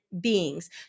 beings